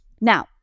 now